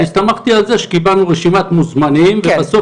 אני הסתמכתי על זה שקיבלנו רשימת מוזמנים ובסוף